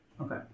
Okay